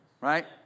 right